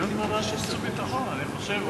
דיון בוועדת החוץ והביטחון, אני חושב.